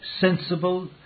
sensible